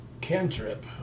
cantrip